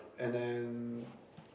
and then